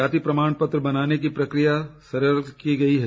जाति प्रमाण पत्र बनाने की प्रक्रिया सरल की गई है